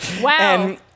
Wow